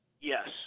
Yes